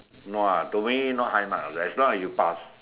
no ah to me not high marks as long as you pass